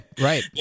right